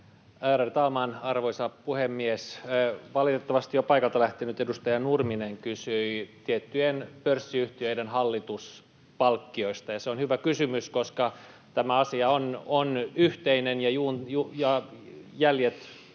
arvoisa puhemies! Valitettavasti jo paikalta lähtenyt edustaja Nurminen kysyi tiettyjen pörssiyhtiöiden hallituspalkkioista, ja se on hyvä kysymys, koska tämä asia on yhteinen ja myöskin